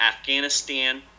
Afghanistan